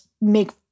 make